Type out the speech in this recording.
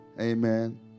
Amen